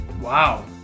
Wow